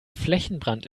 flächenbrand